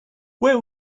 where